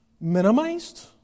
minimized